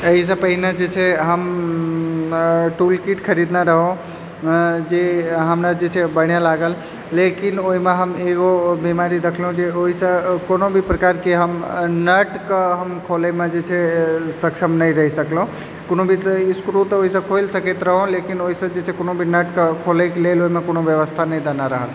एहिसँ पहिने जे छै हम टुलकिट खरीदने रहौं जे हमरा जे छै बढ़िआँ लागल लेकिन ओहिमे हम एगो बीमारी देखलहुँ जे ओइसँ कोनो भी प्रकारके हम नटके खोलैमे जे छै सक्षम नहि रहि सकलहुँ कोनो भी स्क्रू तऽ ओइसँ खोलि सकैत रहौं लेकिन ओहिसँ जे छै से कोनो भी नटके खोलैके लेल ओइमे कोनो व्यवस्था नहि देने रहै